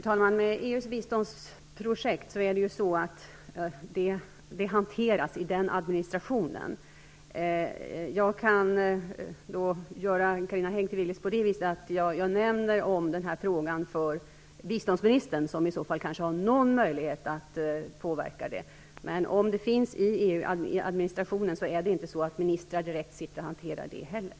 Herr talman! EU:s biståndsprojekt hanteras i EU:s administration. Jag kan göra Carina Hägg till viljes på det viset att jag nämner frågan för biståndsministern, som i så fall kanske har någon möjlighet att påverka. Men om den finns i EU administrationen är det inte så att ministrar direkt hanterar den.